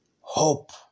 Hope